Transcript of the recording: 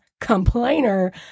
complainer